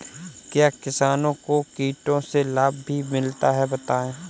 क्या किसानों को कीटों से लाभ भी मिलता है बताएँ?